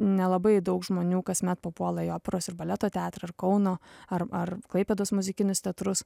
nelabai daug žmonių kasmet papuola į operos ir baleto teatrą ir kauno ar ar klaipėdos muzikinius teatrus